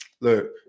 look